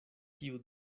kiu